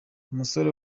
umusore